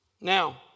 Now